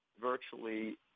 virtually